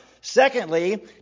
Secondly